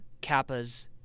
Kappa's